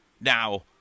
Now